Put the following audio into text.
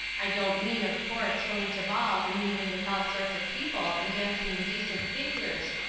i don't mean, of course, going to balls and mingling with all sorts of people and dancing indecent figures.